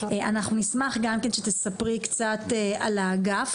אנחנו נשמח שתספרי קצת על האגף